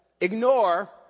ignore